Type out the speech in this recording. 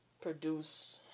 produce